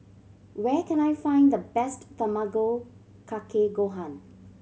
where can I find the best Tamago Kake Gohan